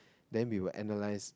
then we will analyse